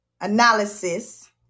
analysis